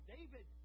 David